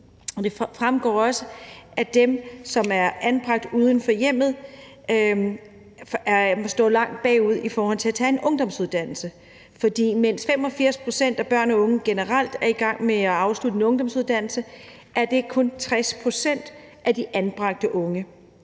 det fremgår også, at dem, som er anbragt uden for hjemmet, sakker langt bagud i forhold til at tage en ungdomsuddannelse. For mens 85 pct. af børn og unge generelt er i gang med at afslutte en ungdomsuddannelse, er det kun 60 pct. af de anbragte unge.